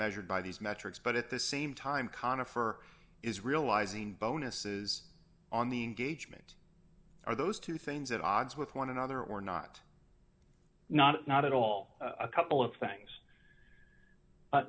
measured by these metrics but at the same time conifer is realizing bonuses on the engagement are those two things at odds with one another or not not not at all a couple of things